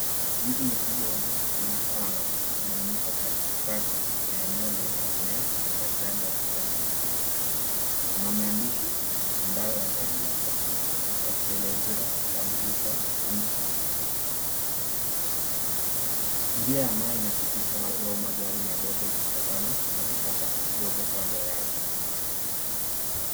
Mti mkubwa wenye shina pana umeinuka katikati ya eneo lenye mimea na majani ya kijani kibichi. Una maandishi ambayo yameandikwa yakielezea kutambulisha mti. Njia ambayo inapitisha watu au magari madogo ikifwatana na vichaka vidogo kando yake.